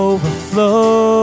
Overflow